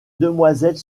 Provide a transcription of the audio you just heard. demoiselles